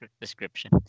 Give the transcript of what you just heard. description